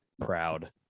proud